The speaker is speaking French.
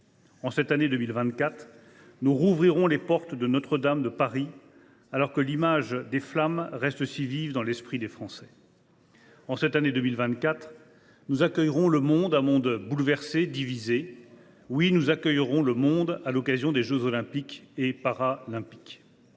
En cette année 2024, nous rouvrirons les portes de Notre Dame de Paris, alors que l’image rétinienne des flammes reste si vive dans l’esprit des Français. « En cette année 2024, nous accueillerons le monde, un monde bouleversé et divisé. Oui, nous accueillerons le monde à l’occasion des jeux Olympiques et Paralympiques.